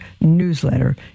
newsletter